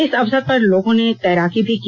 इस अवसर पर लोगों ने तैराकी भी की